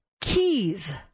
keys